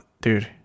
Dude